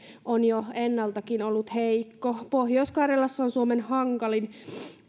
on jo ennaltakin ollut heikko pohjois karjalassa on suomen hankalin